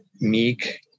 meek